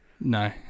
no